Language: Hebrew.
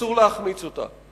אסור להחמיץ אותה.